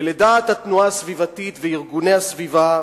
ולדעת התנועה הסביבתית וארגוני הסביבה,